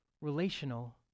relational